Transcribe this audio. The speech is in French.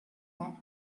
vingt